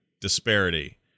disparity